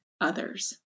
others